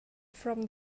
from